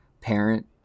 parent